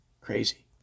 Crazy